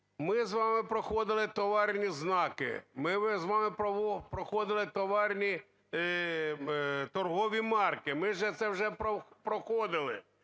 ми з вами проходили товарні знаки, ми з вами проходили торгові марки, ми вже це проходили,